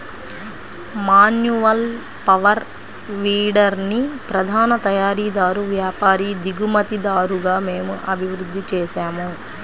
manual power వీడర్ని ప్రధాన తయారీదారు, వ్యాపారి, దిగుమతిదారుగా మేము అభివృద్ధి చేసాము